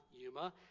Yuma